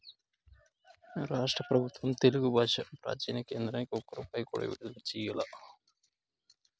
రాష్ట్ర పెబుత్వం తెలుగు బాషా ప్రాచీన కేంద్రానికి ఒక్క రూపాయి కూడా విడుదల చెయ్యలా